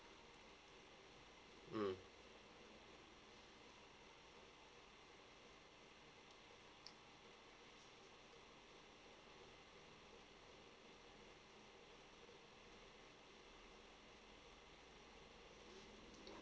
mm